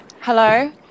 Hello